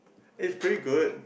it's pretty good